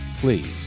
Please